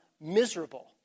miserable